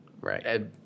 Right